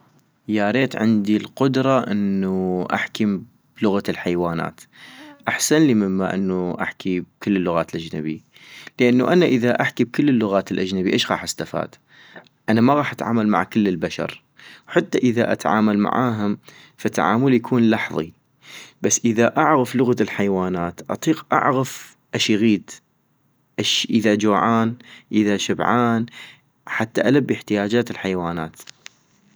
ياريت عندي القدرة انوو احكي بلغة الحيوانات ،احسنلي مما احكي بكل اللغات الاجنبيي - لانو انا اذا احكي بكل اللغات الاجنبيي اش غاح استفاد؟! انا ما غاح اتعامل مع كل البشر ، حتى اذا اتعامل معاهم فتعاملي يكون لحظي، بس اذا اعغف لغة الحيوانات اطيق اعغف اش يغيد اش- اذا جوعان اذا شبعان ، حتى البي احتياجات الحيوانات